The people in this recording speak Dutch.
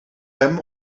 hem